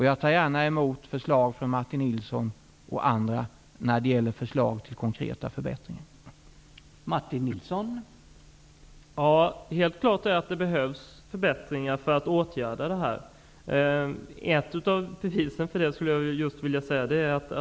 Jag tar gärna emot förslag på konkreta förbättringar från Martin Nilsson och andra.